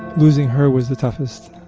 losing her was the toughest,